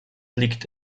liegt